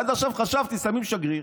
עד עכשיו חשבתי ששמים שגריר,